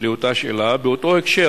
באותה שאלה: באותו הקשר,